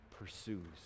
pursues